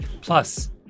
Plus